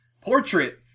portrait